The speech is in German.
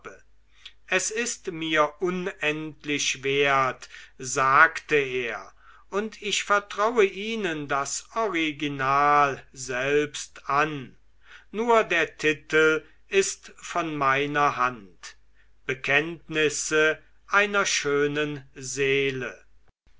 es ist mir unendlich wert sagte er und ich vertraue ihnen das original selbst an nur der titel ist von meiner hand bekenntnisse einer schönen seele